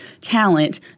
talent